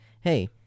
hey